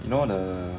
you know the